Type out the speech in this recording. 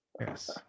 Yes